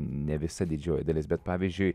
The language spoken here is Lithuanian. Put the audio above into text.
ne visa didžioji dalis bet pavyzdžiui